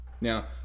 Now